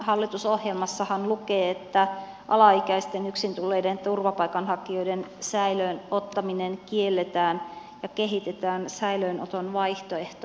hallitusohjelmassahan lukee että alaikäisten yksin tulleiden turvapaikanhakijoiden säilöön ottaminen kielletään ja kehitetään säilöönoton vaihtoehtoja